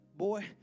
Boy